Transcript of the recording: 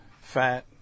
Fat